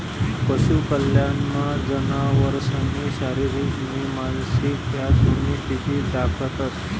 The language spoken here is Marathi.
पशु कल्याणमा जनावरसनी शारीरिक नी मानसिक ह्या दोन्ही स्थिती दखतंस